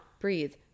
breathe